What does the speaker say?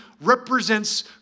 represents